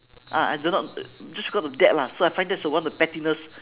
ah I don't know just got to that lah so I find that's one of the pettiness